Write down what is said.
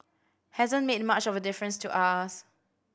hasn't made much of a difference to us